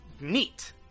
neat